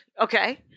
Okay